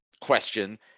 question